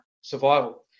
survival